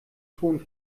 ton